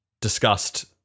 discussed